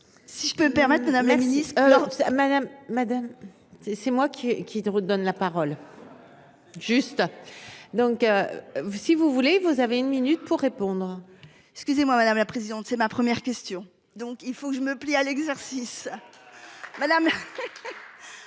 Si je peux me permettre à Madame la Ministre alors Madame madame. C'est c'est moi qui qui redonne la parole. Juste. Donc. Vous, si vous voulez, vous avez une minute pour répondre. Excusez-moi madame la présidente. C'est ma première question. Donc il faut que je me plie à l'exercice. Madame.